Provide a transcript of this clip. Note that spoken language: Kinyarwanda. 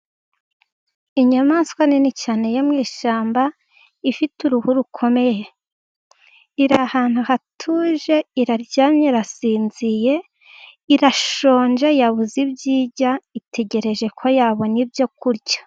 Inyamaswa nini cyane yo mu ishyamba, ifite uruhu rukomeye, iri ahantu hatuje, iraryamye irasinziriye, irashonje yabuze ibyo irya, itegereje ko yabona ibyo kurya.